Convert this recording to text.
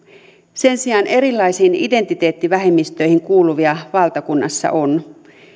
sen sijaan erilaisiin identiteettivähemmistöihin kuuluvia valtakunnassa on